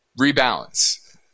rebalance